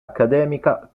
accademica